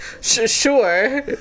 Sure